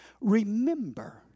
remember